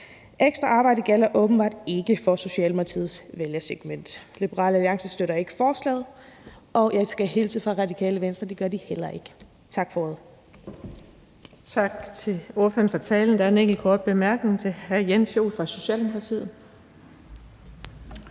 Ekstra arbejde gælder åbenbart ikke for Socialdemokratiets vælgersegment. Liberal Alliance støtter ikke forslaget, og jeg skal hilse fra Radikale Venstre og sige, at det gør de heller ikke. Tak for ordet.